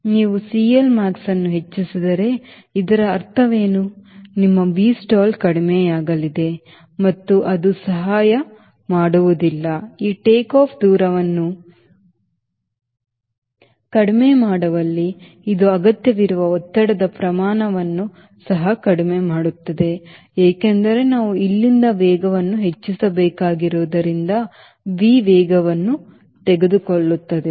ನೀವು CLmax ಅನ್ನು ಹೆಚ್ಚಿಸಿದರೆ ಇದರ ಅರ್ಥವೇನು ನಿಮ್ಮ Vstall ಕಡಿಮೆಯಾಗಲಿದೆ ಮತ್ತು ಅದು ಸಹಾಯ ಮಾಡುವುದಿಲ್ಲ ಈ ಟೇಕ್ ಆಫ್ ದೂರವನ್ನು ಕಡಿಮೆ ಮಾಡುವಲ್ಲಿ ಇದು ಅಗತ್ಯವಿರುವ ಒತ್ತಡದ ಪ್ರಮಾಣವನ್ನು ಸಹ ಕಡಿಮೆ ಮಾಡುತ್ತದೆ ಏಕೆಂದರೆ ನಾವು ಇಲ್ಲಿಂದ ವೇಗವನ್ನು ಹೆಚ್ಚಿಸಬೇಕಾಗಿರುವುದರಿಂದ V ವೇಗವನ್ನು ತೆಗೆದುಕೊಳ್ಳುತ್ತದೆ